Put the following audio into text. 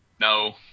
No